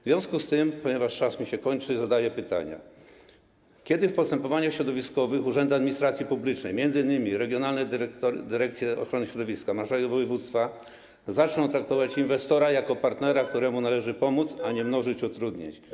W związku z tym, że czas mi się kończy, zadaję pytania: Kiedy w postępowaniach środowiskowych urzędy administracji publicznej, m.in. regionalne dyrekcje ochrony środowiska, marszałek województwa, zaczną traktować inwestora jak partnera, któremu należy pomóc, a nie mnożyć utrudnienia?